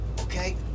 okay